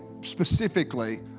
specifically